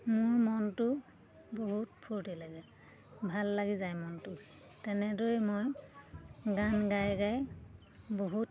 মোৰ মনটো বহুত ফূৰ্তি লাগে ভাল লাগি যায় মনটো তেনেদৰেই মই গান গাই গাই বহুত